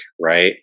right